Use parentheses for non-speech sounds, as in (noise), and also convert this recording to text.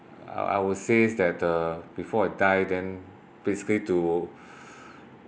uh I would says that uh before I die then basically to (breath)